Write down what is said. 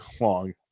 long